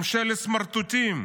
ממשלת סמרטוטים.